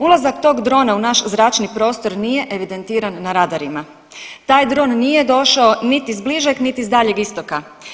Ulazak tog drona u naš zračni prostor nije evidentiran na radarima, taj dron nije došao niti s bližeg, niti s daljeg istoka.